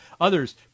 others